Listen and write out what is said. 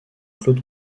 paul